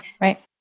right